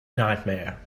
nightmare